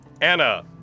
Anna